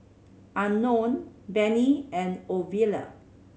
Unknown Benny and Ovila